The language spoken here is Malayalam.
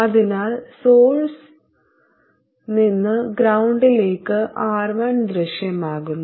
അതിനാൽ സോഴ്സ്ൽ നിന്ന് ഗ്രൌണ്ടിലേക്ക് R1 ദൃശ്യമാകുന്നു